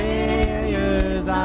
Failures